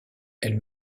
elle